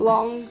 Long